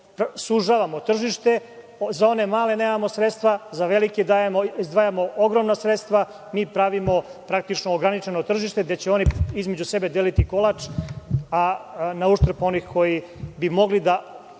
sužavamo tržište. Za one male nemamo sredstva, a za velike izdvajamo ogromna sredstva i pravimo ograničeno tržište gde će oni između sebe deliti kolač, a na uštrb onih koji bi mogli da